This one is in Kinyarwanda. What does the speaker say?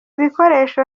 bikoresho